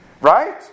right